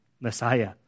Messiah